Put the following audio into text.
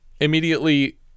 immediately